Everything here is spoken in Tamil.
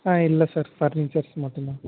ஆ இல்லை சார் பர்னிச்சர்ஸ் மட்டும்தான்